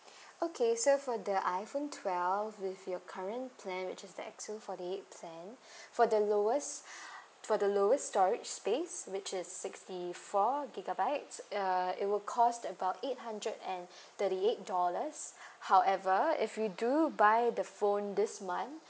okay so for the iphone twelve with your current plan which is the X_O forty eight plan for the lowest for the lowest storage space which is sixty four gigabytes uh it will cost about eight hundred and thirty eight dollars however if you do buy the phone this month